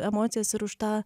emocijas ir už tą